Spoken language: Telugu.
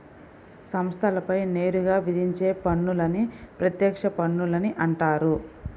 సంస్థలపై నేరుగా విధించే పన్నులని ప్రత్యక్ష పన్నులని అంటారు